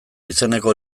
izeneko